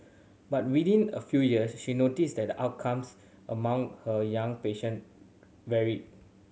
but within a few years she noticed that outcomes among her young patient varied